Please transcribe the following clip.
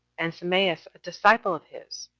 and sameas, a disciple of his,